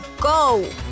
go